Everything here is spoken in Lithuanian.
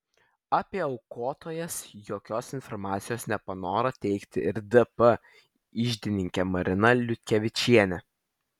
apie aukotojas jokios informacijos nepanoro teikti ir dp iždininkė marina liutkevičienė